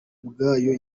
ubwayo